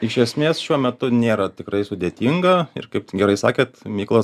iš esmės šiuo metu nėra tikrai sudėtinga ir kaip gerai sakėt mykolas